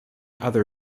other